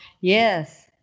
Yes